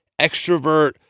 extrovert